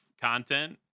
content